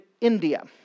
India